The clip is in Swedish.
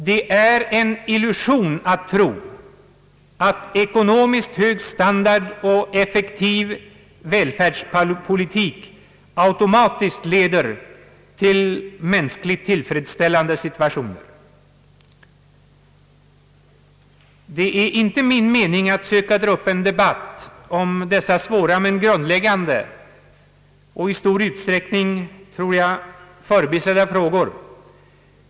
Det är en illusion att tro att ekonomiskt hög standard och effektiv välfärdspolitik automatiskt leder till mänskligt tillfredsställande situationer. Det är inte min mening att ta upp en debatt om dessa svåra men i stor utsträckning förbisedda frågor.